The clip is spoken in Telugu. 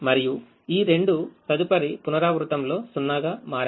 మరియు ఈ రెండు తదుపరి పునరావృతం లో 0 గా మారాయి